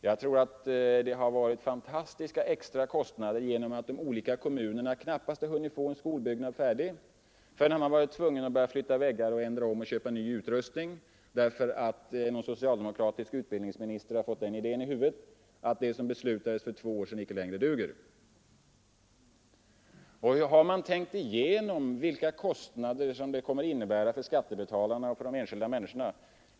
Jag tror att det har uppstått höga extra kostnader genom att de olika kommunerna knappast har hunnit få en skolbyggnad färdig förrän de varit tvungna att flytta väggar och ändra om och köpa ny utrustning därför att någon socialdemokratisk utbildningsminister fått den idén i huvudet att det som beslutades för två år sedan icke längre duger. Har man tänkt igenom vilka kostnader den bostadspolitik som bedrivs kommer att innebära för skattebetalarna och de enskilda människorna?